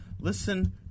Listen